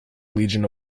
legion